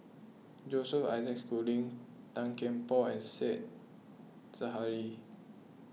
Joseph Isaac Schooling Tan Kian Por and Said Zahari